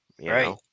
right